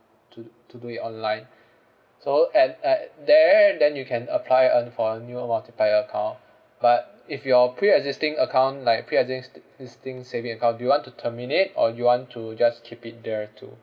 to to do it online so at at there then you can apply on for a new multiplier account but if your pre-existing account like pre existing saving account do you want to terminate or you want to just keep it there too